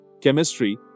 chemistry